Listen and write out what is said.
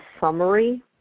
summary